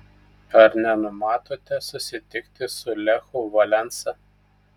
ar nenumatote susitikti su lechu valensa